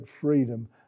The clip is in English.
freedom